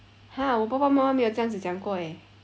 !huh! 我爸爸妈妈没有这样子讲过 eh